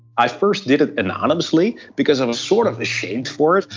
i first did it anonymously because i was sort of ashamed for it.